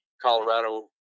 Colorado